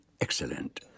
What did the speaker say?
Excellent